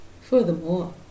furthermore